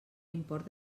import